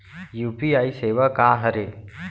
UPI सेवा का हरे?